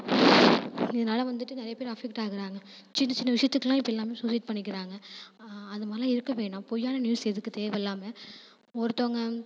இதனால வந்துட்டு நிறைய பேர் அஃபெக்ட் ஆகிறாங்க சின்ன சின்ன விஷயத்துக்கெல்லாம் இப்போ எல்லாம் சூசைட் பண்ணிக்கிறாங்க அது மாதிரிலாம் இருக்கற வேணாம் பொய்யான நியூஸ் எதுக்கு தேவையில்லாமல் ஒருத்தவங்க